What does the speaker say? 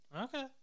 okay